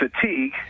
fatigue